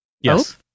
Yes